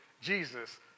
Jesus